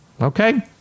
Okay